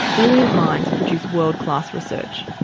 brilliant minds produce world-class research.